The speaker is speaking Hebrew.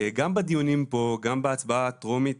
גם בדיונים פה, גם בהצבעה הטרומית,